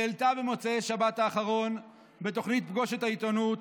שהעלתה במוצאי שבת האחרון בתוכנית "פגוש את העיתונות"